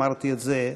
אמרתי את זה,